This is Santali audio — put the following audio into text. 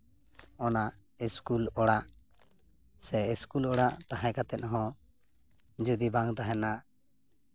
ᱚᱱᱟ ᱤᱥᱠᱩᱞ ᱚᱲᱟᱜ ᱥᱮ ᱤᱥᱠᱩᱞ ᱚᱲᱟᱜ ᱛᱟᱦᱮᱸ ᱠᱟᱛᱮᱫᱦᱚᱸ ᱡᱩᱫᱤ ᱵᱟᱝ ᱛᱟᱦᱮᱱᱟ